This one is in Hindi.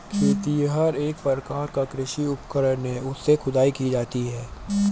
खेतिहर एक प्रकार का कृषि उपकरण है इससे खुदाई की जाती है